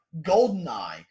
Goldeneye